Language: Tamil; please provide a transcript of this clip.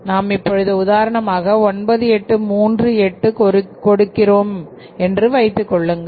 நாம் இப்பொழுது உதாரணமாக 9838 கொடுக்கிறோம் என்று வைத்துக்கொள்ளுங்கள்